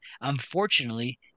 unfortunately